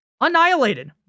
annihilated